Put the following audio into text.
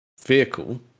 Vehicle